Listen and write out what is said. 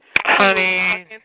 Honey